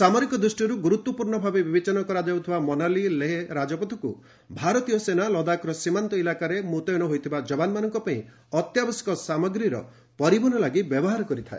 ସାମରିକ ଦୃଷ୍ଟିରୁ ଗୁରୁତ୍ୱପୂର୍ଣ୍ଣ ଭାବେ ବିବେଚନା କରାଯାଉଥିବା ମନାଲୀ ଲେହ ରାଜପଥକୁ ଭାରତୀୟ ସେନା ଲଦାଖର ସୀମାନ୍ତ ଇଲାକାରେ ମୁତୟନ ହୋଇଥିବା ଯବାନମାନଙ୍କ ପାଇଁ ଅତ୍ୟାବଶ୍ୟକ ସାମଗ୍ରୀର ପରିବହନ ଲାଗି ବ୍ୟବହାର କରିଥାଏ